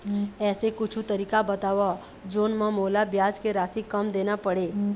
ऐसे कुछू तरीका बताव जोन म मोला ब्याज के राशि कम देना पड़े?